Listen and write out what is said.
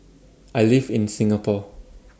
I live in Singapore